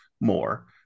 more